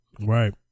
Right